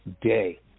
day